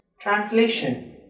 Translation